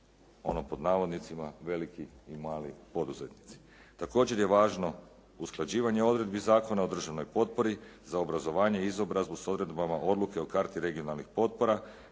ono pod navodnicima veliki i mali poduzetnici. Također je važno usklađivanje odredbi Zakona o državnoj potpori za obrazovanje i izobrazbu s odredbama odluke o karti regionalnih potpora,